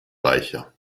reicher